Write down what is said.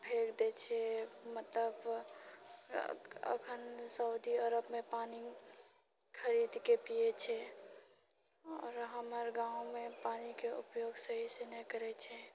फेक दए छै मतलब अखन सऊदी अरबमे पानि खरीदके पिऐ छै आओर हमर गाँवमे पानिके उपयोग सही से नहि करैत छै